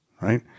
right